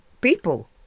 people